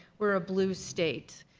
we are a blue state.